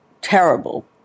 terrible